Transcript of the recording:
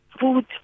food